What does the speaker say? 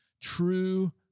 True